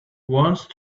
once